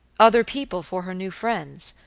other people for her new friends,